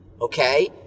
okay